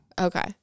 okay